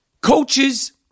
coaches